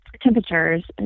temperatures